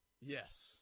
Yes